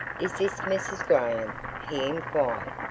is this mrs. graham? he inquired.